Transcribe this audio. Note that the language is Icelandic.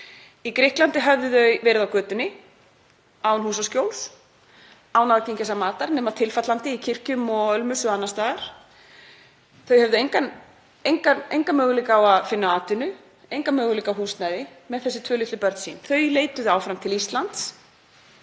Í Grikklandi höfðu þau verið á götunni, án húsaskjóls, án aðgengis að mat nema tilfallandi í kirkjum og ölmusu annars staðar. Þau höfðu enga möguleika á að finna atvinnu og enga möguleika á húsnæði með þessi tvö litlu börn sín. Þau leituðu áfram til Íslands,